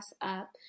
up